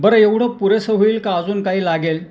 बरं एवढं पुरेसं होईल का अजून काही लागेल